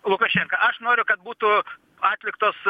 lukašenka aš noriu kad būtų atliktos